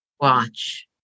watch